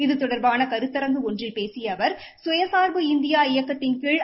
இது தொடர்பான கருத்தரங்கு ஒன்றில் பேசிய அவர் சுயசார்பு இந்தியா இயக்கத்தின் கீழ்